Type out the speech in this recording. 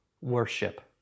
worship